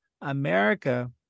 America